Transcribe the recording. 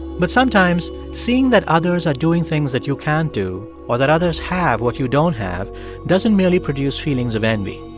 but sometimes seeing that others are doing things that you can't do or that others have what you don't have doesn't merely produce feelings of envy.